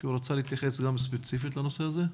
הוא רצה להתייחס ספציפית לנושא הזה.